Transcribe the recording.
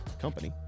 company